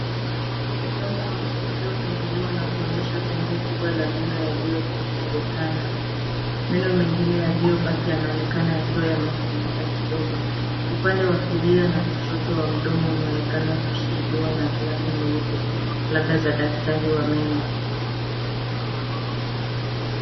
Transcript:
Mdomo wa mtu uliofunguliwa na kuonyesha pengo kubwa la meno yaliyokosekana. Meno mengine yaliyobaki yanaonekana yakiwa yameharibika kidogo. Upande wa kulia na kushoto wa mdomo unaonekana kushikiliwa na glavu nyeupe labda za daktari wa meno.